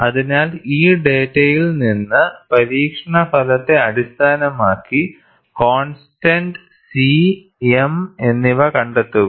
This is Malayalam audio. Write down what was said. അതിനാൽ ഈ ഡാറ്റയിൽ നിന്ന് പരീക്ഷണ ഫലത്തെ അടിസ്ഥാനമാക്കി കോൺസ്റ്റന്റ് C m എന്നിവ കണ്ടെത്തുക